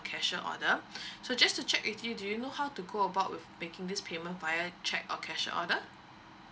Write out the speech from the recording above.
cashier order so just to check with you do you know how to go about with making this payment via cheque or cashier order